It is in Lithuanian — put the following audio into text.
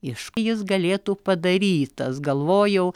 iš jis galėtų padarytas galvojau